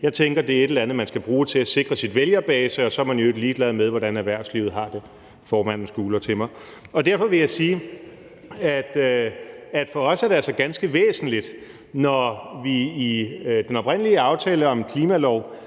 jeg tænker, at det er et eller andet, man skal bruge til at sikre sin vælgerbase, og så er man i øvrigt ligeglad med, hvordan erhvervslivet har det – formanden skuler til mig. Og derfor vil jeg sige, at for os er det altså ganske væsentligt, at vi, når vi i den oprindelige aftale om en klimalov